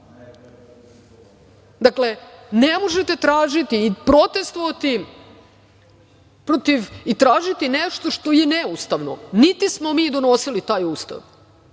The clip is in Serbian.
ne možete protestvovati i tražiti nešto što je neustavno. Niti smo mi donosili taj Ustav,